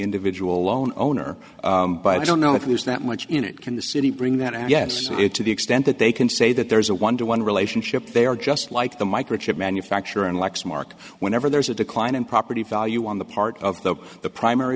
individual lone owner but i don't know if there's that much in it can the city bring that and yes it to the extent that they can say that there is a wonder one relationship they are just like the microchip manufacturer and lexmark whenever there's a decline in property value on the part of the the primary